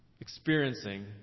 experiencing